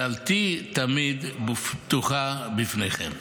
דלתי תמיד פתוחה לפניכם.